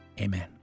Amen